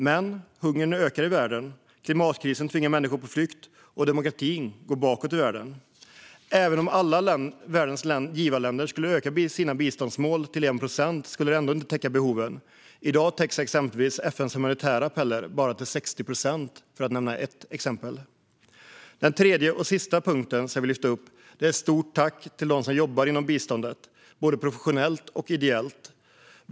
Men hungern ökar, klimatkrisen tvingar människor på flykt och demokratin går bakåt i världen. Även om alla världens givarländer skulle öka sina biståndsmål till 1 procent skulle det ändå inte täcka behoven. I dag täcks FN:s humanitära appeller bara till 60 procent, för att nämna ett exempel. Den tredje och sista punkten som jag vill lyfta upp är att jag vill rikta ett stort tack till dem som jobbar inom biståndet både professionellt och ideellt.